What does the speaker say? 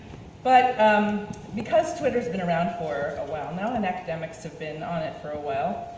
but because twitter's been around for a while now and academics have been on it for a while,